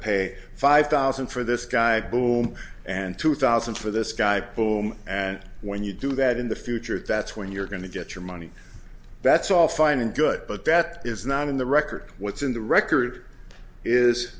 pay five thousand for this guy boom and two thousand for this guy poem and when you do that in the future that's when you're going to get your money that's all fine and good but that is not in the record what's in the record is